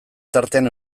tartean